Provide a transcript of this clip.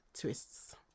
twists